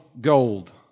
gold